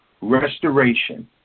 restoration